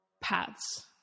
paths